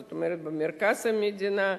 זאת אומרת במרכז המדינה,